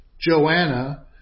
Joanna